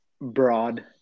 broad